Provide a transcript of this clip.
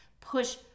push